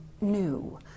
new